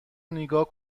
نیگا